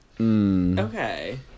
Okay